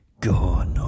Gone